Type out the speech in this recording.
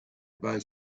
both